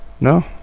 No